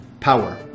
power